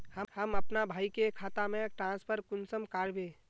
हम अपना भाई के खाता में ट्रांसफर कुंसम कारबे?